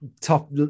top